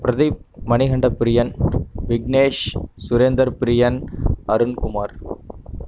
Pradeep Manikanda Priyan Vignesh Surendra Priyan Arunkumar